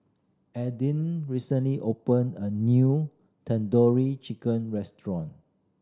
recently opened a new Tandoori Chicken Restaurant